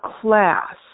class